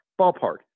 ballpark